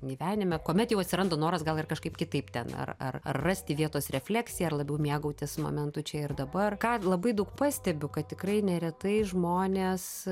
gyvenime kuomet jau atsiranda noras gal ir kažkaip kitaip ten ar ar ar rasti vietos refleksijai ar labiau mėgautis momentu čia ir dabar ką labai daug pastebiu kad tikrai neretai žmones